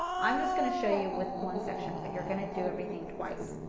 i am just going to show you with one section, but you are going to do everything twice.